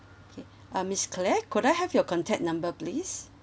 okay uh miss claire could I have your contact number please